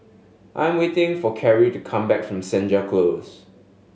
I'm waiting for Kerri to come back from Senja Close